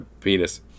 penis